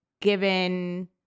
given